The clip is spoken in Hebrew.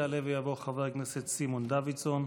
יעלה ויבוא חבר הכנסת סימון דוידסון,